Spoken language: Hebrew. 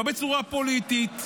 לא בצורה פוליטית.